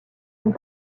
ont